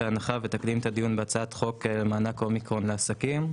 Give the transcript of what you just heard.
ההנחה ותקדים את הדיון בהצעת חוק מענק אומיקרון לעסקים,